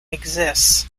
exists